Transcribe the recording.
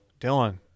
Dylan